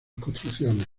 construcciones